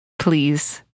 Please